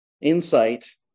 Insight